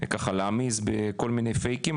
וככה להעמיס בכל מיני פייקים,